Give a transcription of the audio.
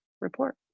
report